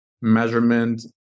measurement